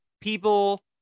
people